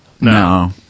No